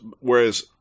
Whereas